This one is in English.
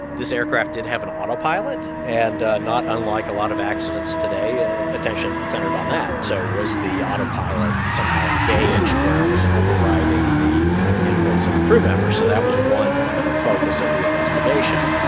this aircraft did have an autopilot. and not unlike a lot of accidents today, ah attention centered on that. so was the autopilot somehow engaged where it was overriding the inputs of so the crew members? so that was one focus of the investigation.